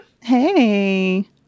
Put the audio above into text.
Hey